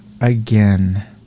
again